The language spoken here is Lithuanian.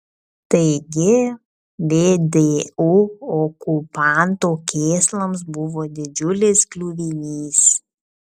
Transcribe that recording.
taigi vdu okupanto kėslams buvo didžiulis kliuvinys